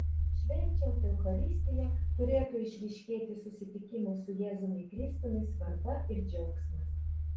švenčiant eucharistiją turėtų išryškėti susitikimo su jėzumi kristumi svarba ir džiaugsmas